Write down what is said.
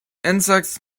insects